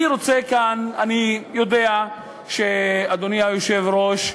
אני יודע, אדוני היושב-ראש,